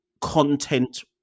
content